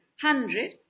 hundred